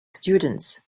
students